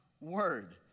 word